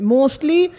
Mostly